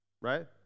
Right